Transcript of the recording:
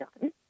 done